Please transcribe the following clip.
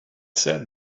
said